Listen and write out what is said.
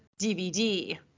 DVD